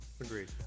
Agreed